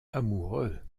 amoureux